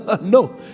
no